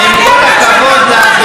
עם כל הכבוד לך,